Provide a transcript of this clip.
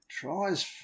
Tries